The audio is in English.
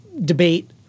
debate –